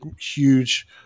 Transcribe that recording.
huge